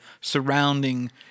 surrounding